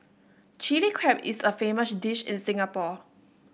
Chilli Crab is a famous dish in Singapore